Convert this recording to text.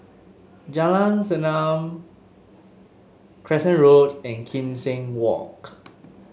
Jalan Segam Crescent Road and Kim Seng Walk